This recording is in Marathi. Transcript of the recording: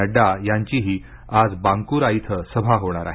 नड्डा यांचीही आज बांकुरा इथं सभा होणार आहे